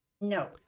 no